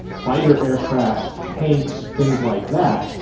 fighter aircraft, tanks, things like that,